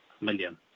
million